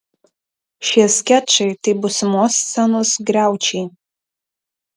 šie skečai tai būsimos scenos griaučiai